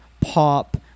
pop